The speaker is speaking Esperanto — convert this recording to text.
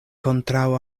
kontraŭ